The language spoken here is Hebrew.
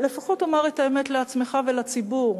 לפחות תאמר את האמת לעצמך ולציבור,